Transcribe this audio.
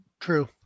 True